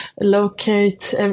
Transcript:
locate